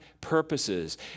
purposes